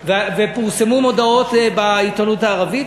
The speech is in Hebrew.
פורסמו מודעות בעיתונות הערבית,